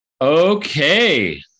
Okay